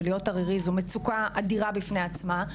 שלהיות ערירי זה מצוקה אדירה בפני עצמה,